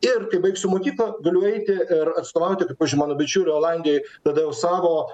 ir kai baigsiu mokyklą galiu eiti ir atstovauti kaip pavyzdžiui mano bičiulio olandijoj tada jau savo